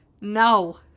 No